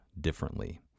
differently